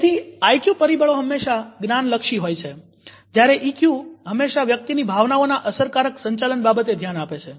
તેથી આઈક્યુ પરિબળો હંમેશા જ્ઞાનલક્ષી હોય છે જયારે ઈક્યુ હંમેશા વ્યક્તિની ભાવનાઓના અસરકારક સંચાલન બાબતે ધ્યાન આપે છે